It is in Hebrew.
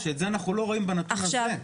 שאת זה אנחנו לא רואים בנתון הזה.